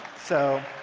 so